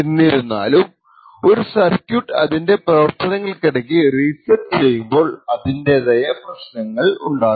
എന്നിരുന്നാലും ഒരു സർക്യൂട്ട് അതിൻറെ പ്രവർത്തനങ്ങൾക്കിടക്ക് റീസെറ്റ് ചെയ്യുമ്പോൾ അതിന്റെ തായ പ്രശ്നങ്ങളും ഉണ്ടാകും